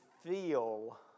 feel